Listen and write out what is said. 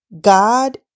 God